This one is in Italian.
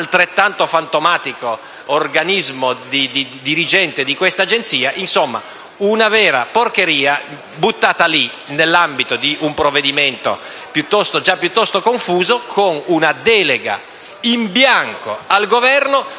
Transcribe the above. dell'altrettanto fantomatico organismo dirigente di questa fondazione. Insomma, una vera porcheria, buttata lì, nell'ambito di un provvedimento già piuttosto confuso, con una delega in bianco al Governo,